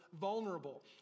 vulnerable